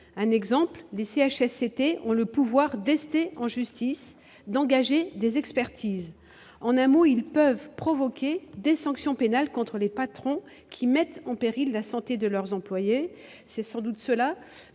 Un exemple : les CHSCT ont le pouvoir d'ester en justice, d'engager des expertises. En un mot, ils peuvent provoquer des sanctions pénales contre les patrons qui mettent en péril la santé de leurs employés- c'est sans doute à cela